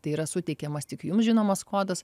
tai yra suteikiamas tik jum žinomas kodas